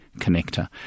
connector